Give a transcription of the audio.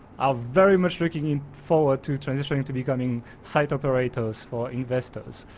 are very much looking forward to transitioning to becoming site operators for investors.